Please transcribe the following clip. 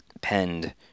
penned